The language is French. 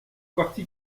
parti